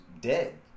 dead